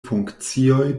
funkcioj